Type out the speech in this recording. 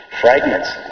fragments